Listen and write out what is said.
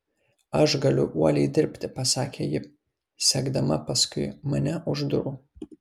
aš galiu uoliai dirbti pasakė ji sekdama paskui mane už durų